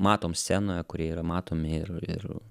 matom scenoje kurie yra matomi ir ir